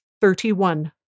thirty-one